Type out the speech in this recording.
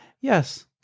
yes